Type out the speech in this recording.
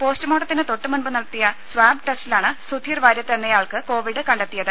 പോസ്റ്റുമോർട്ടത്തിന് തൊട്ടുമുമ്പ് നടത്തിയ സ്വാബ് ടെസ്റ്റിലാണ് സുധീർ വാര്യത്ത് എന്നയാൾക്ക് കോവിഡ് കണ്ടെത്തിയത്